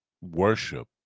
worship